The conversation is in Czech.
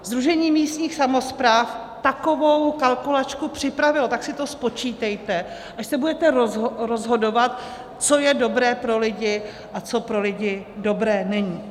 Sdružení místních samospráv takovou kalkulačku připravilo, tak si to spočítejte, až se budete rozhodovat, co je dobré pro lidi a co pro lidi dobré není.